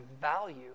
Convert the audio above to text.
value